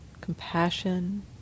compassion